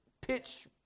pitch